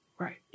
Right